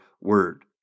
word